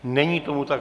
Není tomu tak.